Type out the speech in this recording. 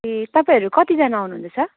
ए तपाईँहरू कतिजना आउनुहुँदैछ